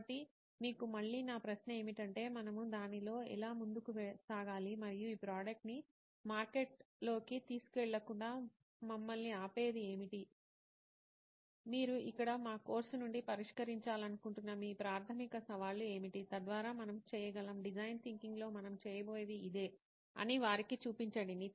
కాబట్టి మీకు మళ్ళీ నా ప్రశ్న ఏమిటంటే మనము దానిలో ఎలా ముందుకు సాగాలి మరియు ఈ ప్రోడక్ట్ ని మార్కెట్లోకి తీసుకెళ్లకుండా మమ్మల్ని ఆపేది ఏమిటి మీరు ఇక్కడ మా కోర్సు నుండి పరిష్కరించాలనుకుంటున్న మీ ప్రాధమిక సవాళ్లు ఏమిటి తద్వారా మనము చేయగలం డిజైన్ థింకింగ్ లో మనం చేయబోయేది ఇదే అని వారికి చూపించండి